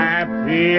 Happy